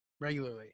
regularly